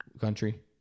Country